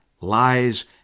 lies